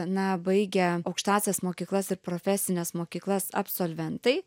na baigę aukštąsias mokyklas ir profesines mokyklas absolventai